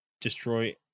destroy